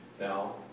now